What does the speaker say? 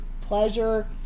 pleasure